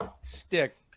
stick